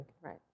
Right